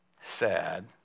sad